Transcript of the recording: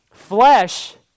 Flesh